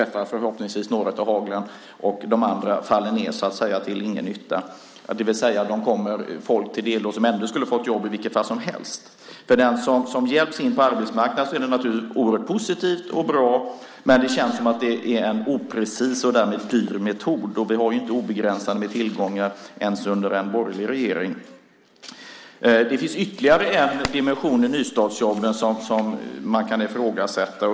Förhoppningsvis träffar några av haglen, och de andra faller ned till ingen nytta, det vill säga de kommer folk till del som skulle ha fått jobb i vilket fall som helst. För den som hjälps in på arbetsmarknaden är det naturligtvis oerhört positivt och bra, men det känns som att det är en oprecis och därmed dyr metod. Vi har ju inte obegränsat med tillgångar ens under en borgerlig regering. Det finns ytterligare en dimension i nystartsjobben som man kan ifrågasätta.